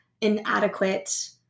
inadequate